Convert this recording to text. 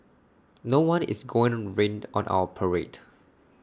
no one is gonna rain on our parade